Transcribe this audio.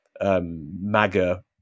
MAGA